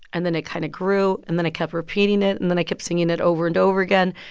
and then it kind of grew. and then i kept repeating it. and then i kept singing it over and over again.